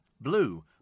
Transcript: blue